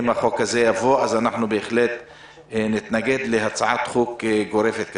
אם החוק הזה יבוא אנחנו בהחלט נתנגד להצעת חוק גורפת כזו.